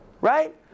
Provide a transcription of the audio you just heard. Right